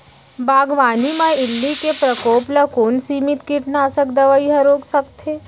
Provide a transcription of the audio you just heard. बागवानी म इल्ली के प्रकोप ल कोन सीमित कीटनाशक दवई ह रोक सकथे?